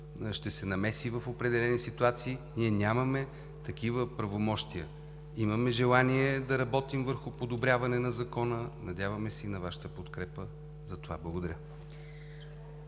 ще се намеси в определени ситуации. Ние нямаме такива правомощия. Имаме желание да работим върху подобряване на Закона. Надяваме се и на Вашата подкрепа за това. Благодаря.